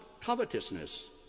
covetousness